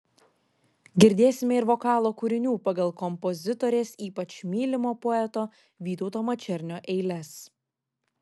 girdėsime ir vokalo kūrinių pagal kompozitorės ypač mylimo poeto vytauto mačernio eiles